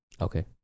Okay